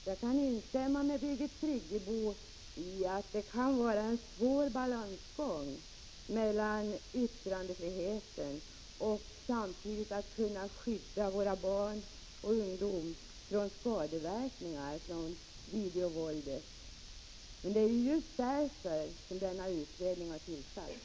Herr talman! Jag kan instämma med Birgit Friggebo i att det kan vara en svår balansgång mellan yttrandefriheten och kravet på att vi skall kunna skydda våra barn och ungdomar från videovåldets skadeverkningar. Det är just därför som utredningen har tillsatts.